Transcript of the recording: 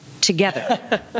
together